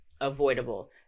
avoidable